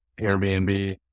Airbnb